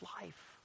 life